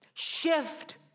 Shift